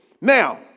Now